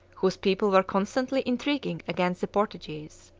whose people were constantly intriguing against the portuguese.